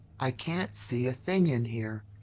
i can't see a thing in here.